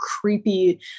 creepy